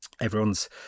everyone's